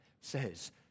says